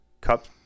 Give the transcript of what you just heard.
cup